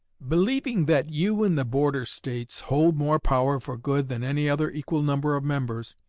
believing that you, in the border states, hold more power for good than any other equal number of members,